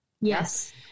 Yes